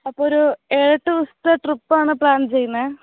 അപ്പോള് ഒരു ഏഴെട്ടു ദിവസത്തെ ട്രിപ്പാണ് പ്ലാൻ ചെയ്യുന്നത്